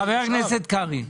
חבר הכנסת קרעי,